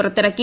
പുറത്തിറക്കി